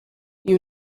you